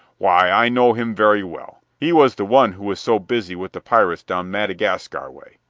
why, i know him very well. he was the one who was so busy with the pirates down madagascar way.